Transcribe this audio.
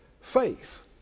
Faith